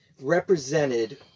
represented